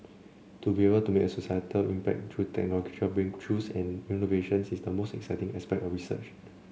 to be able to make a societal impact through technological breakthroughs and innovations is the most exciting aspect of research